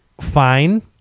fine